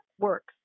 works